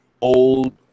old